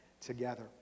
together